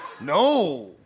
no